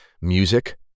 music